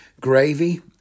gravy